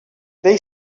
they